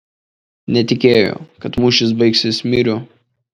netikėjo kad mūšis baigsis myriu